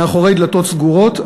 מאחורי דלתות סגורות,